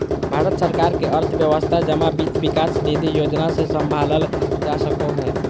भारत सरकार के अर्थव्यवस्था जमा वित्त विकास निधि योजना से सम्भालल जा सको हय